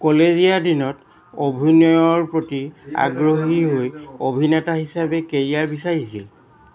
কলেজীয়া দিনত অভিনয়ৰ প্ৰতি আগ্ৰহী হৈ অভিনেতা হিচাপে কেৰিয়াৰ বিচাৰিছিল